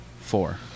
Four